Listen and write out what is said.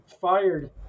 fired